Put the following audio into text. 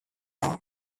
there